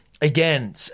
Again